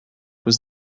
was